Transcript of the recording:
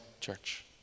church